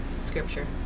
scripture